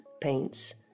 paints